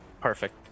Perfect